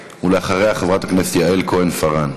ואחריה, חברת הכנסת יעל כהן-פארן.